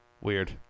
Weird